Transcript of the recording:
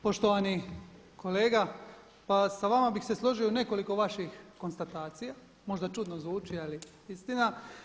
Poštovani kolega, pa sa vama bi se složio u nekoliko vaših konstatacija, možda čudno zvuči ali istina.